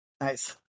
Nice